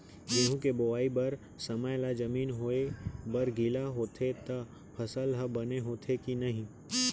गेहूँ के बोआई बर समय ला जमीन होये बर गिला होथे त फसल ह बने होथे की नही?